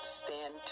stand